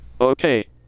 Okay